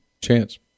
Chance